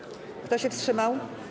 Kto się wstrzymał?